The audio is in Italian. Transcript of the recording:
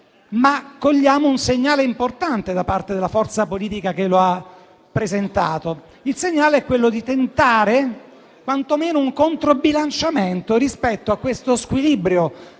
cogliamo un segnale importante da parte della forza politica che lo ha presentato. Il segnale è quello di tentare quantomeno un contro-bilanciamento rispetto allo squilibrio